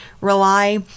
rely